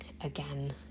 Again